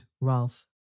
Ralph